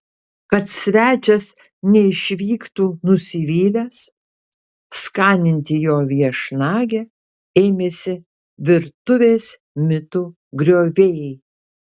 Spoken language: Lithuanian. kad svečias neišvyktų nusivylęs skaninti jo viešnagę ėmėsi virtuvės mitų griovėjai